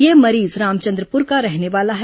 यह मरीज रामचंद्रपुर का रहने वाला है